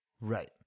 Right